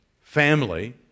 family